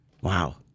Wow